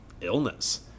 illness